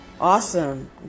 awesome